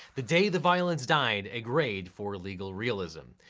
the day the violence died a grade for legal realism.